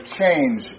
change